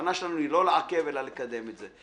הכוונה שלנו היא לא לעכב, אלא לקדם את זה.